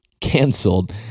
canceled